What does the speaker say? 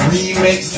Remix